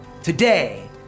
Today